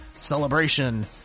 Celebration